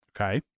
Okay